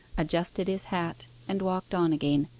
adjusted his hat, and walked on again,